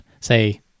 Say